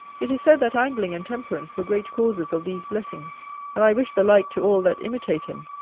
it is said that angling and temperance were great causes of these blessings and i wish the like to all that imitate him,